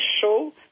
show